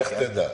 לך תדע.